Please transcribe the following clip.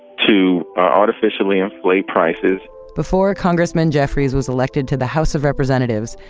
to artificially inflate prices before congressman jeffries was elected to the house of representatives,